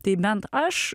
tai bent aš